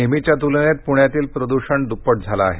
नेहमीच्या तुलनेत पुण्यातील प्रद्षण दुप्पट झालं आहे